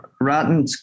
Rotten